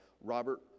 Robert